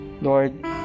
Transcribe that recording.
Lord